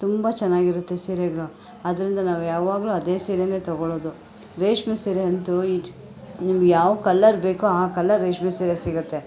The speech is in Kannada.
ತುಂಬ ಚೆನ್ನಾಗಿರುತ್ತೆ ಸೀರೆಗಳು ಆದ್ದರಿಂದ ನಾವು ಯಾವಾಗಲು ಅದೇ ಸೀರೆಯೇ ತೊಗೊಳ್ಳೋದು ರೇಷ್ಮೆ ಸೀರೆಯಂತೂ ನಿಮಗೆ ಯಾವ ಕಲ್ಲರ್ ಬೇಕೋ ಆ ಕಲ್ಲರ್ ರೇಷ್ಮೆ ಸೀರೆ ಸಿಗುತ್ತೆ